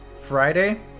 Friday